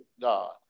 God